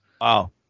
Wow